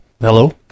Hello